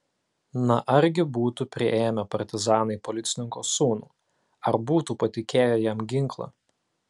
na argi būtų priėmę partizanai policininko sūnų ar būtų patikėję jam ginklą